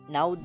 Now